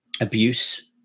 Abuse